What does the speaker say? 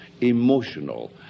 emotional